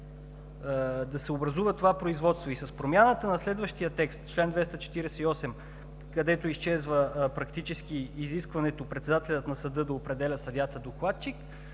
да се образува това производство и с промяната на следващия текст чл. 248, където практически изчезва практически изискването председателят на съда да определя съдията-докладчик,